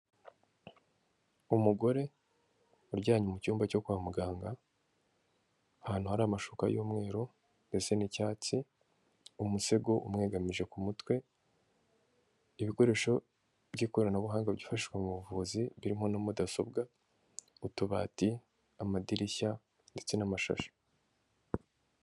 Umugore uryamye mu cyumba cyo kwa muganga, ahantu hari amashuka y'umweru ndetse n'icyatsi, umusego umwegamije ku mutwe, ibikoresho by'ikoranabuhanga byifashishwa mu buvuzi birimo na Mudasobwa, utubati, amadirishya ndetse n'amashashi.